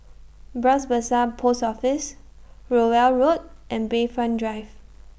Bras Basah Post Office Rowell Road and Bayfront Drive